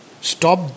stop